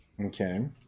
Okay